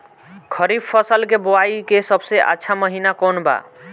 खरीफ फसल के बोआई के सबसे अच्छा महिना कौन बा?